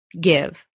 give